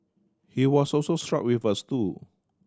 he was also struck with a stool